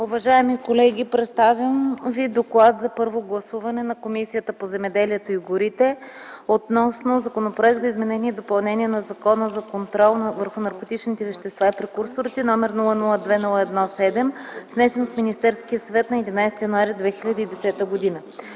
Уважаеми колеги, представям ви Доклад за първо гласуване на Комисията по земеделието и горите, относно Законопроект за изменение и допълнение на Закона за контрол върху наркотичните вещества и прекурсорите, № 002-01-7, внесен от Министерския съвет на 11.01.2010 г.